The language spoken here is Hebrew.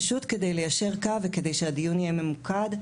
פשוט כדי ליישר קו וכדי שהדיון יהיה ממוקד.